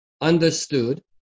understood